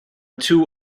too